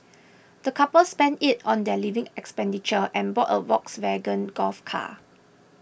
the couple spent it on their living expenditure and bought a Volkswagen Golf car